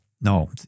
No